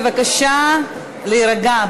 בבקשה להירגע,